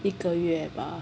一个月 bah